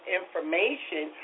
information